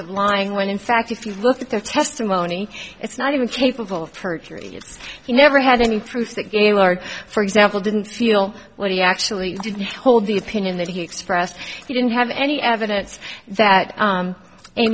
of lying when in fact if you look at their testimony it's not even capable of perjury so you never had any proof that gaylord for example didn't feel what he actually did hold the opinion that he expressed he didn't have any evidence that